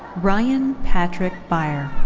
ryan patrick baier.